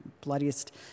bloodiest